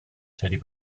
teddy